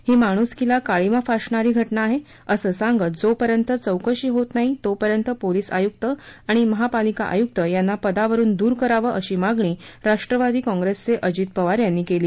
ही माणुसकीला काळिमा फासणारी ही घटना आहे असं सांगत जो पर्यंत चौकशी होत नाही तोपर्यंत पोलीस आयुक्त आणि महापालिका आयुक्त यांना पदावरून दूर करावं अशी मागणी राष्ट्रवादी काँप्रेसचे अजित पवार यांनी केली